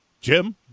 Jim